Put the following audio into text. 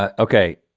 ah okay,